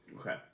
Okay